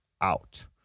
out